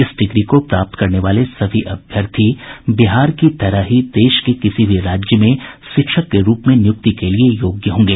इस डिग्री को प्राप्त करने वाले सभी अभ्यर्थी बिहार की तरह ही देश के किसी भी राज्य में शिक्षक के रूप में नियुक्ति के लिये योग्य होंगे